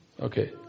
Okay